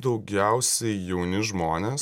daugiausiai jauni žmonės